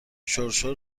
شرشر